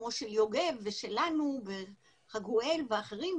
כמו של יוגב ושלנו וחגואל ואחרים,